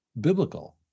biblical